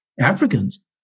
Africans